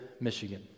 Michigan